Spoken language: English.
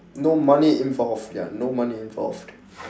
no money involved ya no money involved